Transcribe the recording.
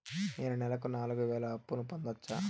నేను నెలకు నాలుగు వేలు అప్పును పొందొచ్చా?